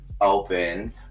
open